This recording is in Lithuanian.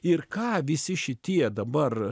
ir ką visi šitie dabar